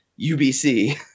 UBC